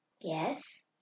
Yes